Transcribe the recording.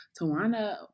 Tawana